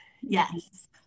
Yes